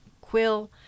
Quill